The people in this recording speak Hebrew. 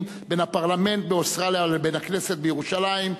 בין הפרלמנט באוסטרליה לבין הכנסת בירושלים,